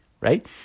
right